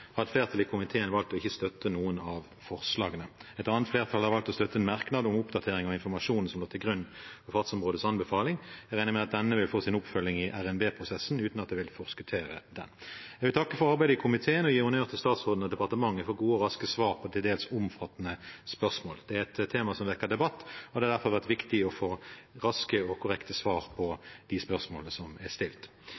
har flertallet i komiteen valgt å ikke støtte noen av forslagene. Et annet flertall har valgt å støtte en merknad om oppdatering av informasjonen som lå til grunn for fartsområdeutvalgets anbefaling. Jeg regner med at denne vil få sin oppfølging i RNB-prosessen, uten at jeg vil forskuttere den. Jeg vil takke for arbeidet i komiteen og gi honnør til statsråden og departementet for gode og raske svar på til dels omfattende spørsmål. Dette er et tema som vekker debatt. Det har derfor vært viktig å få raske og korrekte svar på